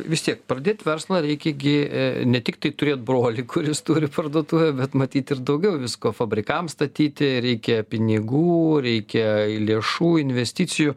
vis tiek pradėt verslą reikia gi ne tiktai turėt brolį kuris turi parduotuvę bet matyt ir daugiau visko fabrikams statyti reikia pinigų reikia lėšų investicijų